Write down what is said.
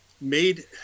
made